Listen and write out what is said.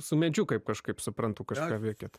su medžiu kaip kažkaip suprantu kažką veikiat